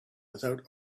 without